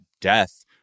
death